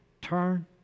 turn